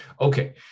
Okay